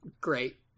great